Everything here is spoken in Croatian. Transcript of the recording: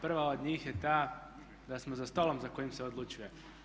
Prva od njih je ta da smo za stolom za kojim se odlučuje.